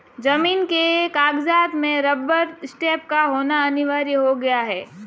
जमीन के कागजात में रबर स्टैंप का होना अनिवार्य हो गया है